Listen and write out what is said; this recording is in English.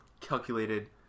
calculated